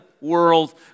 world